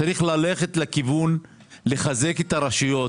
צריך ללכת לחזק את הרשויות,